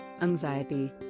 anxiety